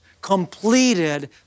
completed